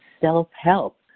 self-help